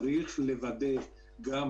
צריך לוודא את